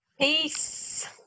peace